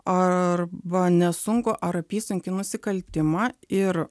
arba nesunkų ar apysunkį nusikaltimą ir